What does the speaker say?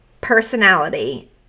personality